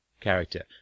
character